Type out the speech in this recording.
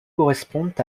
correspondent